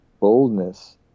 boldness